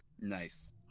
nice